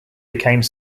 became